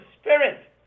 spirit